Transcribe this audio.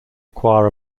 require